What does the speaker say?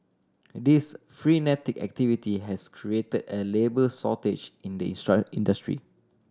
this frenetic activity has create a labour shortage in the industry